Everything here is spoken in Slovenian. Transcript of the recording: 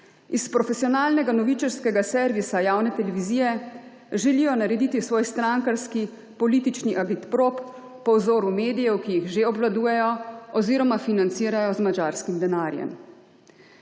Iz profesionalnega novičarskega servisa javne televizije želijo narediti svoj strankarski politični agitprop po vzoru medijev, ki jih že obvladujejo oziroma financirajo z madžarskim denarjem.